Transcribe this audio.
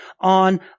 on